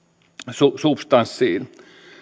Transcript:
substanssiin